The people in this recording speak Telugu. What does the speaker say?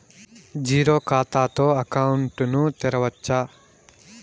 జీరో ఖాతా తో అకౌంట్ ను తెరవచ్చా?